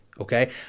Okay